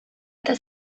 eta